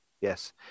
yes